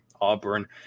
auburn